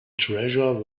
treasure